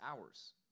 hours